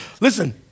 Listen